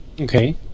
Okay